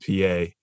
PA